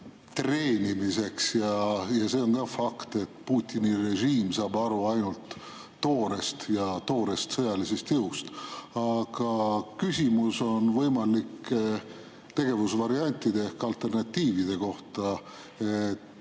treenimiseks. Ja see on ka fakt, et Putini režiim saab aru ainult toorest sõjalisest jõust. Aga küsimus on võimalike tegevusvariantide ehk alternatiivide kohta. Te